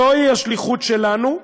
זוהי השליחות שלנו,